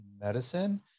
medicine